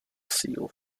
sílu